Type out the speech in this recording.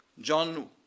John